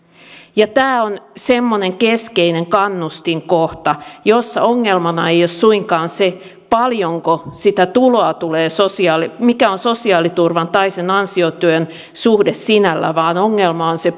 ja tämä on semmoinen keskeinen kannustinkohta jossa ongelmana ei ole suinkaan se paljonko sitä tuloa tulee mikä on sosiaaliturvan tai sen ansiotyön suhde sinällään vaan ongelma on se